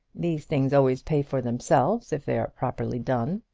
these things always pay for themselves if they are properly done.